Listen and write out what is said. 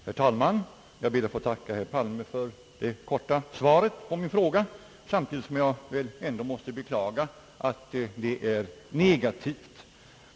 Herr talman! Jag ber att få tacka herr Palme för det korta svaret på min fråga, samtidigt som jag måste beklaga att det är negativt.